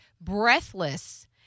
breathless